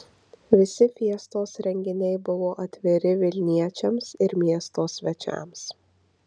visi fiestos renginiai buvo atviri vilniečiams ir miesto svečiams